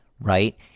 right